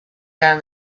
down